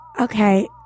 Okay